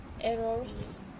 errors